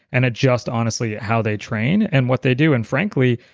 and adjust honestly how they train and what they do and frankly,